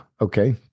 Okay